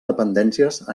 dependències